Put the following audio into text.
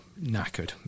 knackered